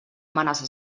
amenaça